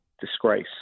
disgrace